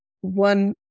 one